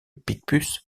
picpus